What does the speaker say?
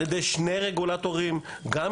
נכון.